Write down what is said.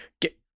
get